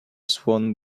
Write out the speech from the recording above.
swan